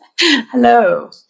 Hello